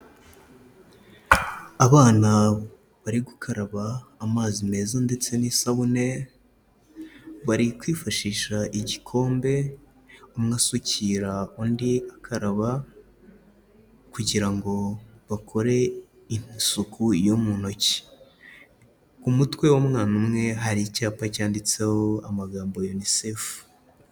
Abana bari gukaraba amazi meza ndetse n'isabune, bari kwifashisha igikombe, umwe asukira undi akaraba, kugira ngo bakore isuku yo mu ntoki, ku mutwe w'umwana umwe, hari icyapa cyanditseho amagambo ya inisefu.